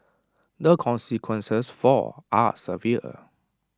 the consequences for are severe